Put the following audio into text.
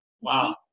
Wow